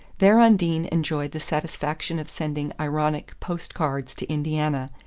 there undine enjoyed the satisfaction of sending ironic post-cards to indiana,